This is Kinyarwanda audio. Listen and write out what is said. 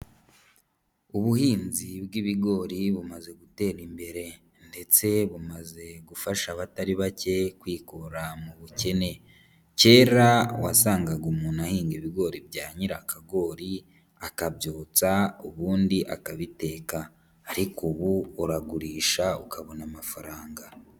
Ubuhinzi bw'ibigori bumaze gutera imbere, ndetse bumaze gufasha abatari bake kwikura mu bukene. Kera wasangaga umuntu ahinga ibigori bya nyirakagori akabyutsa ubundi akabiteka, ariko ubu uragurisha ukabona amafaranga.